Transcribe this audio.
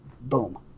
Boom